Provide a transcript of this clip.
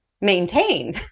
maintain